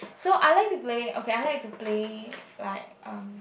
so I like to play okay I like to play like um